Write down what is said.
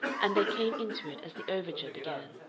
and they came into it as the overture began.